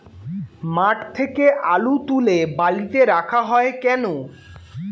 মাঠ থেকে আলু তুলে বালিতে রাখা হয় কেন?